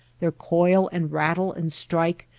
their coil and rattle and strike,